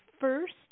first